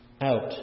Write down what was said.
out